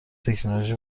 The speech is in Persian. تکنولوژی